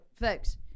Folks